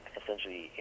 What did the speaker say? essentially